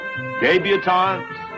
Debutantes